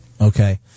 Okay